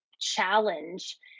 challenge